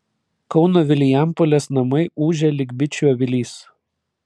kauno vilijampolės namai ūžia lyg bičių avilys